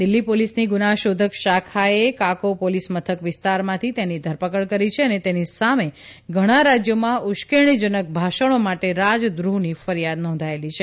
દિલ્હી પોલીસની ગુનાશોધક શાખાએ કાકો પોલીસમથક વિસ્તારમાંથી તેની ધરપકડ કરી છે તેની સામે ઘણા રાજયોમાં ઉશ્કેરણીજનક ભાષણો માટે રાજદ્રોફની ફરીયાદ નોંધાયેલી છે